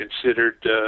considered